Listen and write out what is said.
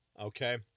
Okay